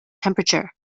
temperature